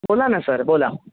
बोला ना सर बोला